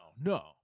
No